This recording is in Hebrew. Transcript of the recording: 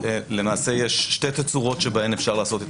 למעשה יש שתי תצורות שבהן אפשר לעשות את